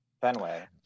Fenway